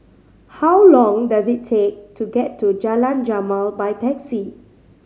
how long does it take to get to Jalan Jamal by taxi